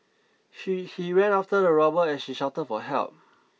she he ran after the robber as she shouted for help